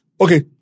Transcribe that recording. Okay